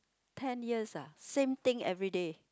ten years ah same thing everyday